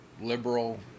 liberal